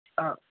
ஆ